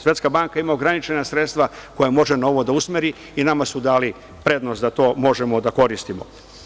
Svetska banka ima ograničena sredstva koja može na ovo da usmeri i nama su dali prednost da to možemo da koristimo.